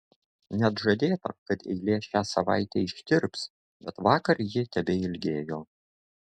net žadėta kad eilė šią savaitę ištirps bet vakar ji tebeilgėjo